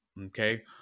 okay